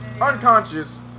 unconscious